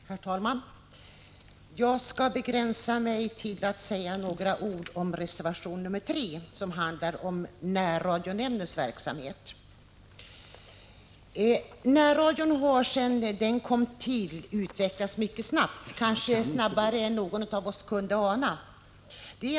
Herr talman! Jag skall begränsa mig till att säga några ord om reservation nr 3, som handlar om närradionämndens verksamhet. Närradion har sedan den kom till utvecklats mycket snabbt — kanske snabbare än någon av oss kunde ana.